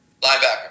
Linebacker